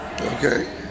Okay